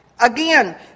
Again